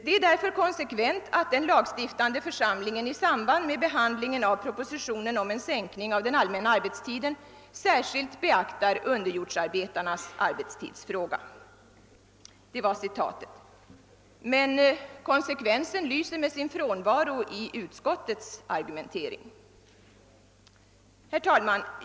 Det är därför konsekvent att den lagstiftande församlingen i samband med behandlingen av propositionen om en sänkning av den allmänna arbetstiden särskilt beaktar underjordsarbetarnas arbetstidsfråga.» Konsekvensen av detta beslut lyser emellertid med sin frånvaro i utskottets argumentering. Herr talman!